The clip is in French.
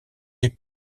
est